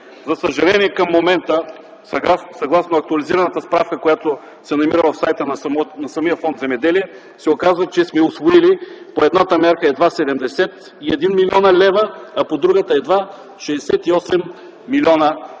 За съжаление, към момента, съгласно актуализираната справка, която се намира в сайта на самия фонд „Земеделие”, се оказва, че сме усвоили по едната мярка едва 71 млн. лв., а по другата – едва 68 млн. лв.